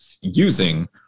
using